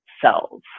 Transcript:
cells